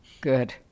Good